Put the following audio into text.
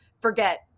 forget